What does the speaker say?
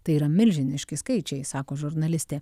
tai yra milžiniški skaičiai sako žurnalistė